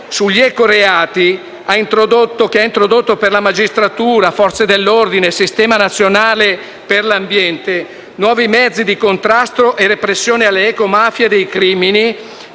sugli ecoreati, che ha introdotto per la magistratura, le Forze dell'ordine e il Sistema nazionale per la protezione dell'ambiente nuovi mezzi di contrasto e repressione alle ecomafie dei crimini,